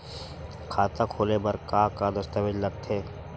खाता खोले बर का का दस्तावेज लगथे?